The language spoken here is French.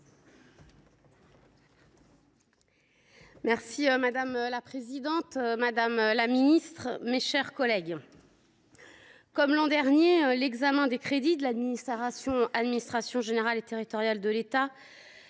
avis. Madame la présidente, madame la ministre, mes chers collègues, comme l’an dernier, l’examen des crédits de la mission « Administration générale et territoriale de l’État